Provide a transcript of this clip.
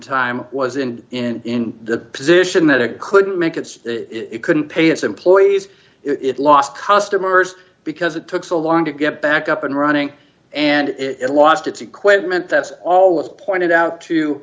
time was in in the position that it couldn't make it so it couldn't pay its employees it lost customers because it took so long to get back up and running and it lost its equipment that's all it pointed out to